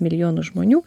milijonų žmonių